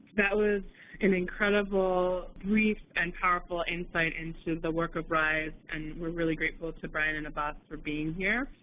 that was an incredible brief and powerful insight into the work of ryse, and we're really grateful to brian and abbas for being here.